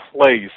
place